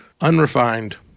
unrefined